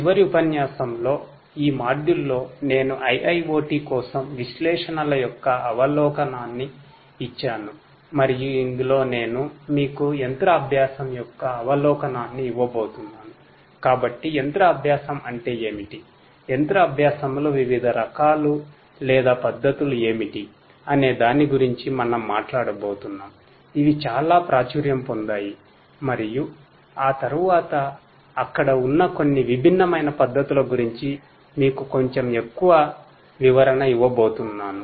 చివరి ఉపన్యాసంలో ఈ మాడ్యూల్ లో వివిధ రకాలు లేదా పద్దతులు ఏమిటి అనే దాని గురించి మనం మాట్లాడబోతున్నాం ఇవి చాలా ప్రాచుర్యం పొందాయి మరియు ఆ తరువాత అక్కడ ఉన్న కొన్ని విభిన్నమైన పద్ధతుల గురించి మీకు కొంచెం ఎక్కువ వివరన ఇవ్వబోతున్నాను